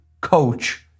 Coach